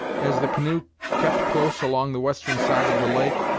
as the canoe kept close along the western side of the lake,